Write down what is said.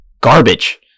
garbage